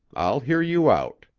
i'll hear you out.